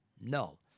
No